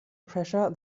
pressure